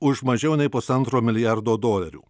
už mažiau nei pusantro milijardo dolerių